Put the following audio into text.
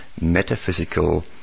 metaphysical